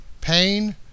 pain